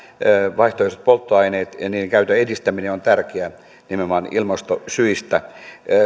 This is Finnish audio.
vaihtoehtoiset polttoaineet ja niiden käytön edistäminen on tärkeää nimenomaan ilmastosyistä